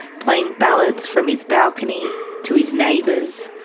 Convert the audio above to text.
playing ballads from his balcony to his neighbours,